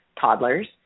toddlers